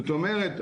זאת אומרת,